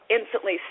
Instantly